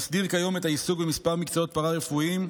מסדיר כיום את העיסוק בכמה מקצועות פארה-רפואיים: